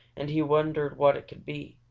and he wondered what it could be.